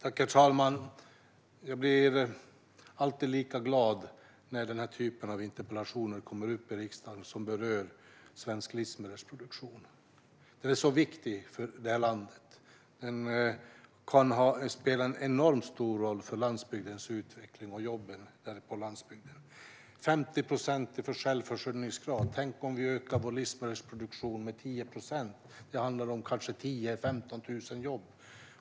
Herr talman! Jag blir alltid lika glad när den här typen av interpellationer, som berör svensk livsmedelsproduktion, kommer upp i riksdagen. Svensk livsmedelsproduktion är så viktig för det här landet. Den kan spela en enormt stor roll för landsbygdens utveckling och jobben på landsbygden. 50 procents självförsörjningsgrad - tänk om vi ökar vår livsmedelsproduktion med 10 procent! Det handlar om kanske 10 000-15 000 jobb.